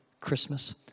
Christmas